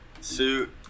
suit